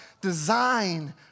design